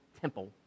temple